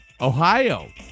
Ohio